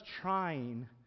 trying